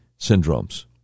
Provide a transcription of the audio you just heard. syndromes